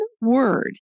word